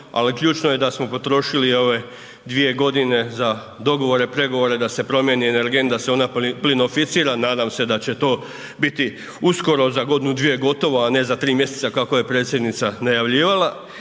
ali ključno je da smo potrošili ove 2 godine za dogovore, pregovore da se promjeni energent, da se ona se ona plinoficira, nadam se da će to biti uskoro za godinu, dvije gotovo a ne za 3 mjeseca kako je predsjednica najavljivala.